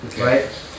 right